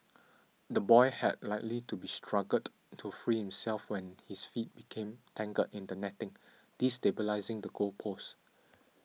the boy had likely to be struggled to free himself when his feet became tangled in the netting destabilising the goal post